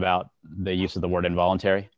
about the use of the word involuntary